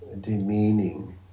demeaning